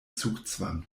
zugzwang